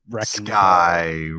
sky